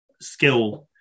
skill